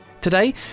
Today